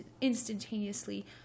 instantaneously